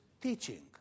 teaching